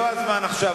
זה לא הזמן עכשיו.